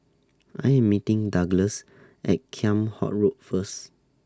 I Am meeting Douglass At Kheam Hock Road First